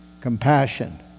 compassion